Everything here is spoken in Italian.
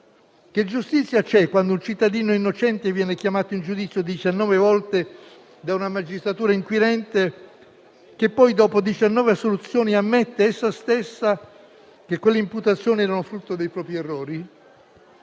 Che giustizia c'è quando un cittadino innocente viene chiamato in giudizio 19 volte da una magistratura inquirente che poi, dopo 19 assoluzioni, ammette essa stessa che quelle imputazioni erano frutto dei propri errori?